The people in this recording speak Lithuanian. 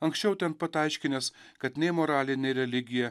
anksčiau ten pat aiškinęs kad nei moralinė religija